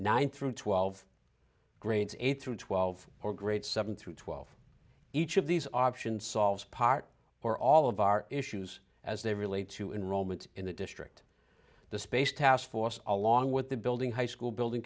nine through twelve grades eight through twelve or great seven through twelve each of these options solves part or all of our issues as they relate to in rome and in the district the space task force all along with the building high school building